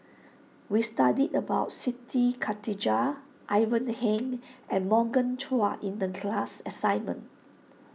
we studied about Siti Khalijah Ivan Heng and Morgan Chua in the class assignment